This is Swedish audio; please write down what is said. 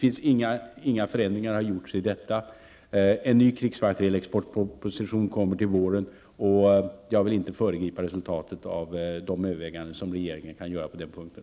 Inga förändringar har gjorts i detta. En ny krigsmaterialexportproposition kommer till våren. Jag vill inte föregripa resultatet av de överväganden som regeringen kan göra på den punkten.